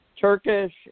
Turkish